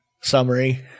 Summary